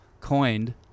coined